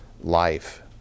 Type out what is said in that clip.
life